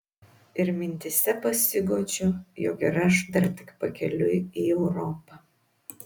ir mintyse pasiguodžiu jog ir aš dar tik pakeliui į europą